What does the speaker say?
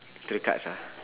the cards ah